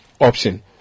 option